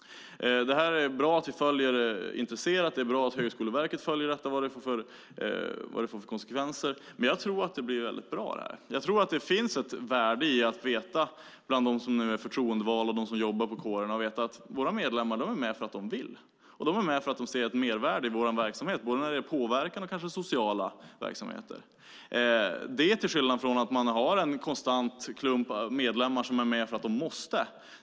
Det är bra att vi intresserat följer detta, och det är bra att Högskoleverket följer vad det får för konsekvenser. Jag tror att det blir väldigt bra. Jag tror att det finns ett värde för dem som nu är förtroendevalda och dem som jobbar på kårerna i att veta att medlemmarna är med därför att de vill. De är med därför att de ser ett mervärde i kårernas verksamhet när det gäller både påverkan och sociala verksamheter. Det finns ett värde i detta till skillnad mot när man har en konstant klump av medlemmar som är med därför att de måste.